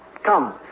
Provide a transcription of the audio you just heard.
Come